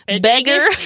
beggar